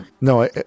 No